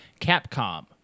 Capcom